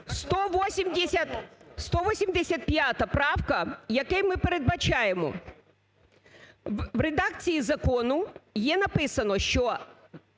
185 правка, якою ми передбачаємо, в редакції закону є написано, що